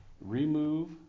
remove